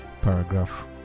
paragraph